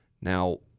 Now